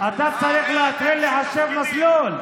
אתה צריך להתחיל לחשב מסלול.